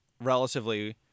relatively